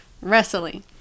wrestling